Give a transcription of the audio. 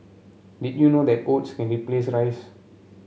did you know that oats can replace rice